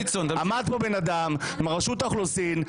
עמד פה בן אדם מרשות האוכלוסין,